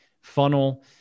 funnel